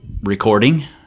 recording